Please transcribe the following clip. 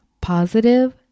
positive